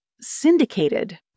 syndicated